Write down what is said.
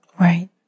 Right